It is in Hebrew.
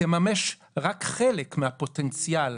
ותממש רק חלק מהפוטנציאל